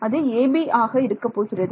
அது Ab ஆக இருக்க போகிறது